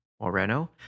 Moreno